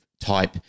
type